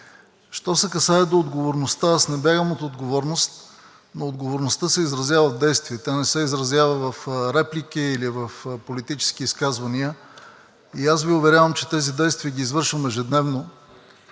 Що се касае до отговорността, аз не бягам от отговорност, но отговорността се изразява в действия, тя не се изразява в реплики или в политически изказвания, и аз Ви уверявам, че тези действия ги извършвам ежедневно,